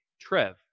Trev